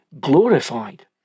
glorified